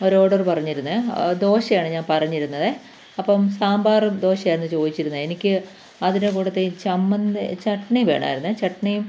ഒരു ഓർഡര് പറഞ്ഞിരുന്നെ ദോശയാണ് ഞാൻ പറഞ്ഞിരുന്നതെ അപ്പോള് സാമ്പാറും ദോശയുമായിരുന്നു ചോദിച്ചിരുന്നത് എനിക്ക് അതിൻ്റെ കൂട്ടത്തില് ചമ്മന്തി ചട്ട്ണി വേണമായിരുന്നേ ചട്ട്ണീം